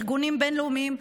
ארגונים בין-לאומיים,